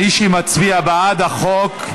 מי שמצביע בעד החוק,